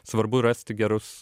svarbu rasti gerus